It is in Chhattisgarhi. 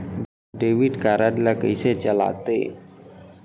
डेबिट कारड ला कइसे चलाते?